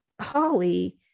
Holly